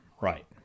right